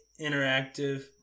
Interactive